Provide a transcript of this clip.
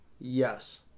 yes